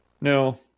No